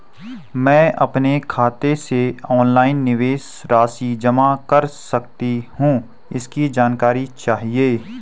मैं अपने खाते से ऑनलाइन निवेश राशि जमा कर सकती हूँ इसकी जानकारी चाहिए?